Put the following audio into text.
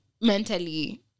mentally